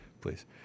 please